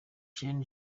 gen